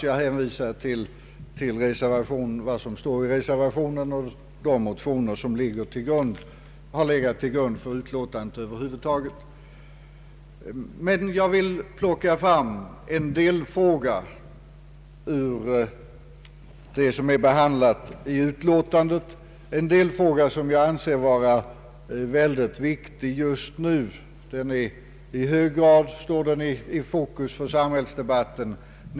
Jag hänvisar till vad som står i reservationen och de motioner som har legat till grund för utlåtandet över huvud taget. Jag vill plocka fram en annan av de frågor som behandlas i utlåtandet, en delfråga som jag anser vara väldigt viktig just nu och som i hög grad står i fokus för samhällsdebatten.